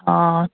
অঁ